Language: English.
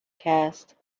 cast